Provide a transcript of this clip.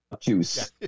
juice